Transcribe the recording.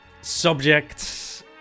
subjects